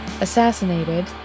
assassinated